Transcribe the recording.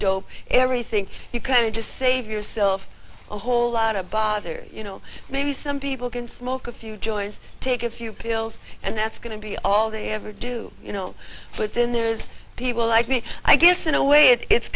dope everything you can just save yourself a whole lotta bother you know maybe some people can smoke a few joints take a few pills and that's going to be all they ever do you know but then there's people like me i guess in a way it